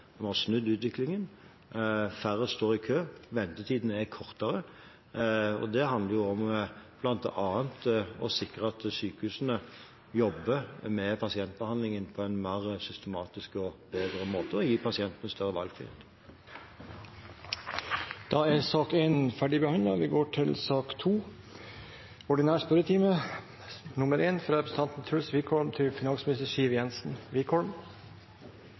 har snudd utviklingen. Færre står i kø. Ventetiden er kortere. Det handler bl.a. om å sikre at sykehusene jobber med pasientbehandlingen på en mer systematisk og bedre måte og gir pasientene større valgfrihet. Dermed er den muntlige spørretimen omme, og vi går videre til den ordinære spørretimen. Det blir noen endringer i den oppsatte spørsmålslisten, og presidenten viser i den sammenheng til